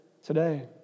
today